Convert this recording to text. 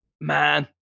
man